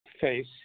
face